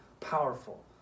powerful